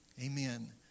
Amen